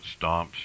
stomps